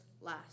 last